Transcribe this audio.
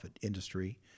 industry